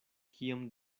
kiom